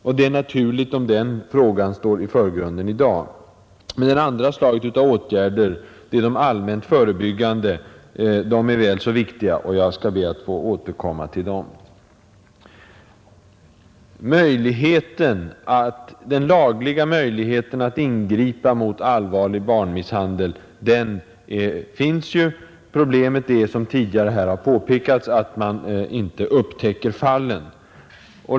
Det är naturligt om sådana åtgärder står i förgrunden i dag. Den andra huvudtypen är de allmänt förebyggande åtgärderna. De är väl så viktiga, och jag skall be att få återkomma till dem. Den lagliga möjligheten att ingripa mot allvarlig barnmisshandel finns 45 ju. Problemet är, som tidigare har påpekats, att man inte upptäcker fallen.